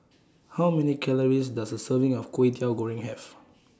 How Many Calories Does A Serving of Kway Teow Goreng Have